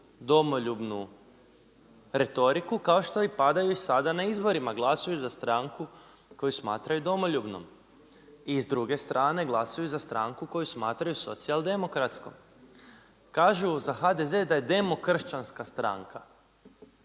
domoljubnu retoriku kao što i padaju sada na izborima glasuju za stranku koju smatraju domoljubnom. I s druge strane glasuju za stranku koju smatraju socijal-demokratskom. Kažu za HDZ da je demokršćanska stranka.